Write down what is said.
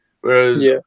Whereas